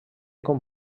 com